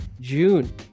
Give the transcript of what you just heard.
June